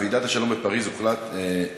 בוועידת השלום בפריז שהייתה,